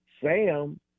Sam